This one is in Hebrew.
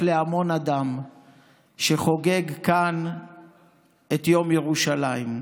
להמון אדם שחוגג כאן את יום ירושלים.